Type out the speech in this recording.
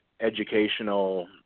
educational